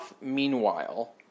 meanwhile